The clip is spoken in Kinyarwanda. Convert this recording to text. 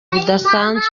bidasanzwe